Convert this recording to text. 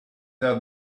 out